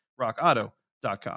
RockAuto.com